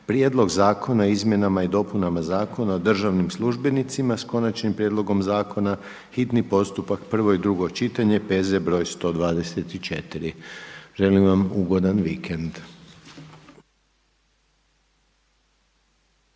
Prijedlog zakona o izmjenama i dopunama Zakona o državnim službenicima, s Konačnim prijedlogom zakona, hitni postupak, prvo i drugo čitanje P.Z. broj 124. Želim vam ugodan vikend.